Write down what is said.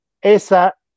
Esa